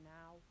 now